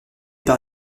par